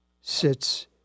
sits